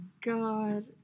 god